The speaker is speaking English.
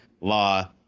law